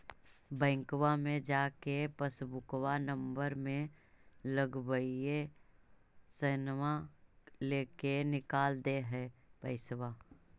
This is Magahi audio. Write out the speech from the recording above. बैंकवा मे जा के पासबुकवा नम्बर मे लगवहिऐ सैनवा लेके निकाल दे है पैसवा?